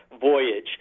voyage